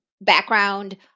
background